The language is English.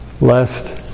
lest